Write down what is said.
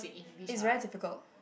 is very difficult